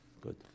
Good